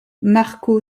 marco